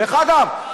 דרך אגב,